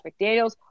McDaniels